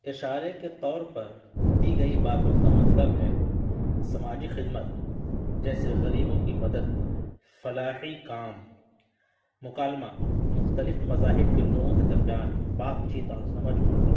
اشارے کے طور پر دی گئی باتوں کا مطلب ہے سماجی خدمت جیسے غریبوں کی مدد فلاحی کام مکالمہ مختلف مذاہب کے لوگوں کے درمیان بات چیت اور سمجھ بوجھ